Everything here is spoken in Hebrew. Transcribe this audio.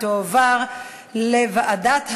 ותועבר לוועדת העבודה,